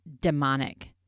demonic